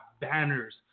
Banners